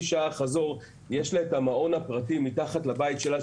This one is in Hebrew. שעה חזור כשיש לה את המעון הפרטי מתחת לבית שלה,